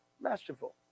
Masterful